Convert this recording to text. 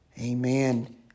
Amen